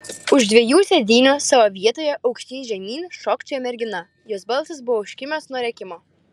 už dviejų sėdynių savo vietoje aukštyn žemyn šokčiojo mergina jos balsas buvo užkimęs nuo rėkimo